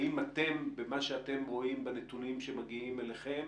האם בנתונים שמגיעים אליכם